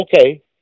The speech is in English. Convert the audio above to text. okay